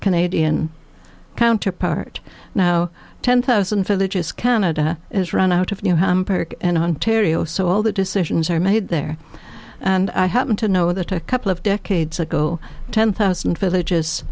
canadian counterpart now ten thousand villages canada is run out of new hampshire and ontario so all the decisions are made there and i happen to know that a couple of decades ago ten thousand